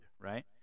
right